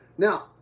Now